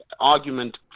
argument